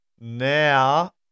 Now